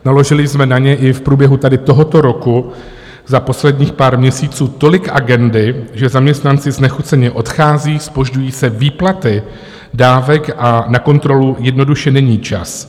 Naložili jsme na ně i v průběhu tohoto roku za posledních pár měsíců tolik agendy, že zaměstnanci znechuceně odchází, zpožďují se výplaty dávek a na kontrolu jednoduše není čas.